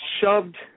shoved